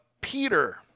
Peter